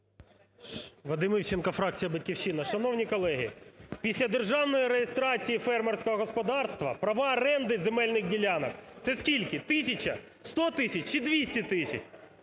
Вадим Івченко, фракція "Батьківщина". Шановні колеги, після державної реєстрації фермерського господарства права оренди земельних ділянок це скільки – тисяча, 100 тисяч чи 200 тисяч?